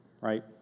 right